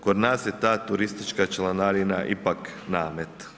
Kod nas je ta turistička članarina ipak namet.